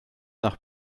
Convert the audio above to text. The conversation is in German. nach